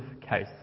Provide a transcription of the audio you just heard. case